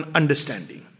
understanding